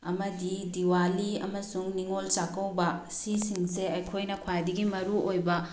ꯑꯃꯗꯤ ꯗꯤꯋꯥꯂꯤ ꯑꯃꯁꯨꯡ ꯅꯤꯡꯉꯣꯜ ꯆꯥꯛꯀꯧꯕ ꯁꯤꯁꯤꯡꯁꯦ ꯑꯩꯈꯣꯏꯅ ꯈ꯭ꯋꯥꯏꯗꯒꯤ ꯃꯔꯨꯑꯣꯏꯕ